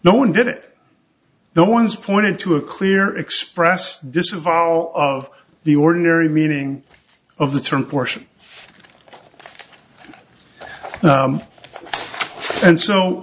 no one did it no one's pointing to a clear expressed disavowal of the ordinary meaning of the term portion and so